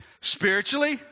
Spiritually